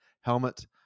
helmet